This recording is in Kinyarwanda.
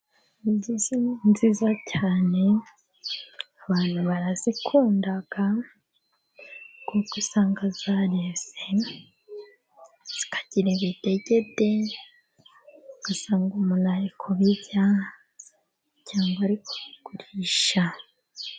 Inzuzi nziza cyane abantu barazikunda, kuko usanga zareze zikagira ibidegede, ugasanga umuntu ari kubirya cyangwa ariko kugurisha.